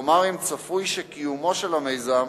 כלומר אם צפוי שקיומו של המיזם